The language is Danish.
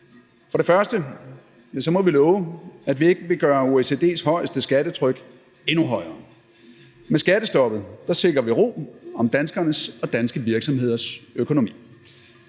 og fremmest må vi love, at vi ikke vil gøre OECD's højeste skattetryk endnu højere. Med skattestoppet sikrer vi ro om danskernes og danske virksomheders økonomi.